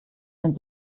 wenn